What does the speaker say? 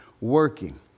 working